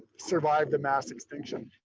survived the mass extinction.